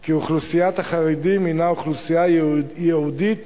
כי אוכלוסיית החרדים היא אוכלוסייה ייעודית